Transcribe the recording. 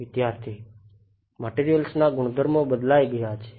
વિદ્યાર્થી મટીરીયલ્સના ગુણધર્મો બદલાય ગયા છે